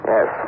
Yes